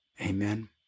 Amen